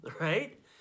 right